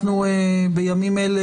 בימים אלה,